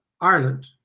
Ireland